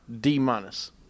D-minus